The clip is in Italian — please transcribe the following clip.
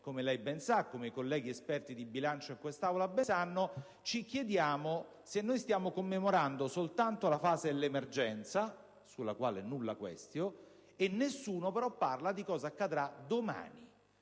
come lei ben sa e come sanno i colleghi esperti di bilancio in quest'Aula, allora ci chiediamo se stiamo commemorando soltanto la fase dell'emergenza, sulla quale *nulla quaestio*. Nessuno dice che cosa accadrà domani,